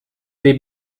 des